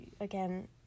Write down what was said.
again